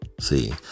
See